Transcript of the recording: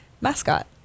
mascot